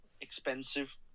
Expensive